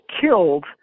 killed